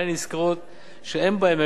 שאין בהן ערך מוסף כלכלי אמיתי,